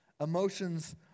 emotions